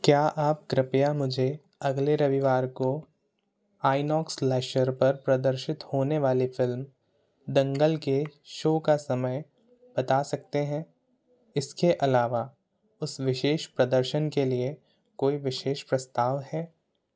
क्या आप कृपया मुझे अगले रविवार को आईनॉक्स लेज़र पर प्रदर्शित होने वाली फ़िल्म दंगल के शो का समय बता सकते हैं इसके अलावा उस विशेष प्रदर्शन के लिए कोई विशेष प्रस्ताव है